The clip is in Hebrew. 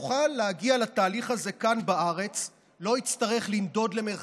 יוכל להגיע לתהליך הזה כאן בארץ ולא יצטרך לנדוד למרחקים.